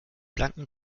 blanken